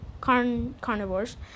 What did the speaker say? carnivores